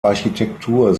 architektur